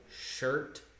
shirt